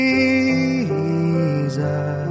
Jesus